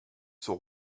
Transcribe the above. sont